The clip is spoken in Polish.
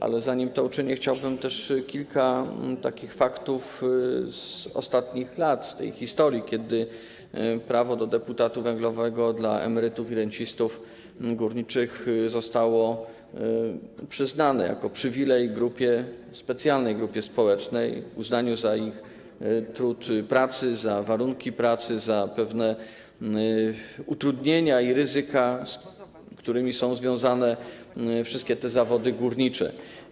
Ale zanim to uczynię, chciałbym podać kilka faktów z ostatnich lat, z tej historii, kiedy prawo do deputatu węglowego dla emerytów i rencistów górniczych zostało przyznane jako przywilej specjalnej grupie społecznej w uznaniu za trud jej pracy - warunki pracy, pewne utrudnienia i ryzyka, z którymi są związane wszystkie zawody górnicze.